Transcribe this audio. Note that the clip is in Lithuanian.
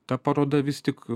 ta paroda vis tik